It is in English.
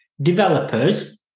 developers